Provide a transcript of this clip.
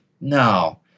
No